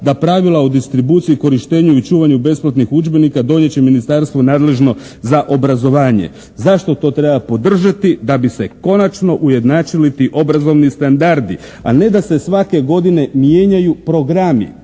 da pravila o distribuciji, korištenju i čuvanju besplatnih udžbenika donijet će ministarstvo nadležno za obrazovanje. Zašto to treba podržati? Da bi se konačno ujednačili ti obrazovni standardi, a ne da se svake godine mijenjaju programi,